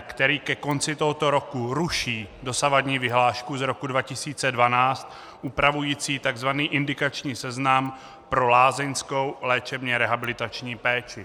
který ke konci tohoto roku ruší dosavadní vyhlášku z roku 2012 upravující takzvaný indikační seznam pro lázeňskou léčebně rehabilitační péči.